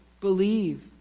believe